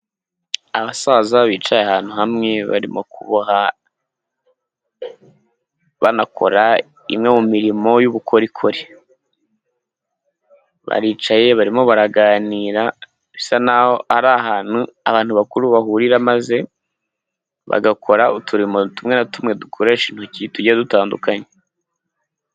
Abasaza bicaye ahantu hamwe barimo kuboha banakora imwe mu mirimo y'ubukorikori baricaye barimo baraganira bisa nk'aho ari ahantu abantu bakuru bahurira maze bagakora uturimo tumwe na tumwe dukoresha intoki tugiye dutandukanye.